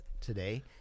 today